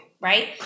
right